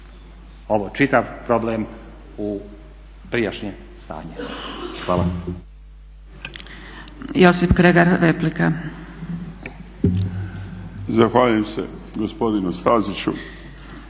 ovo čitav problem u prijašnje stanje. Hvala.